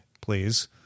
please